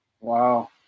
Wow